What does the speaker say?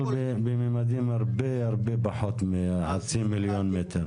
אבל בממדים הרבה פחות מחצי מיליון מטר.